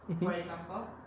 mmhmm